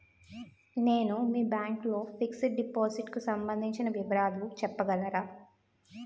నేను మీ బ్యాంక్ లో ఫిక్సడ్ డెపోసిట్ కు సంబందించిన వివరాలు చెప్పగలరా?